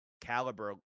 caliber